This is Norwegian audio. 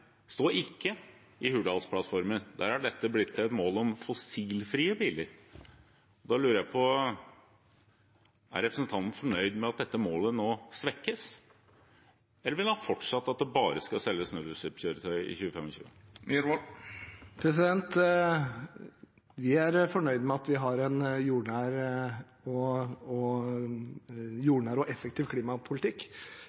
dette blitt et mål om fossilfrie biler. Da lurer jeg på: Er representanten fornøyd med at dette målet nå svekkes, eller vil han fortsatt at det skal selges bare nullutslippskjøretøy i 2025? Vi er fornøyd med at vi har en jordnær og effektiv klimapolitikk. For oss er det viktig å elektrifisere personbiltrafikken, men det er også andre teknologier på markedet, og